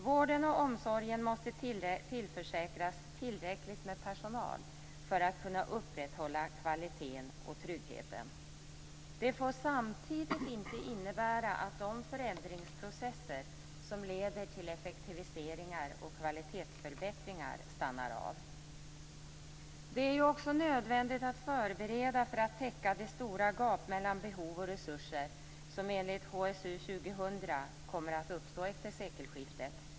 Vården och omsorgen måste tillförsäkras tillräckligt med personal för att kunna upprätthålla kvaliteten och tryggheten. Det får samtidigt inte innebära att de förändringsprocesser som leder till effektiviseringar och kvalitetsförbättringar stannar av. Det är också nödvändigt att förbereda för att täcka det stora gap mellan behov och resurser som enligt HSU 2000 kommer att uppstå efter sekelskiftet.